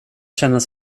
känner